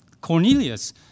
Cornelius